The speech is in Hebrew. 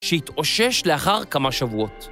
שהתאושש לאחר כמה שבועות.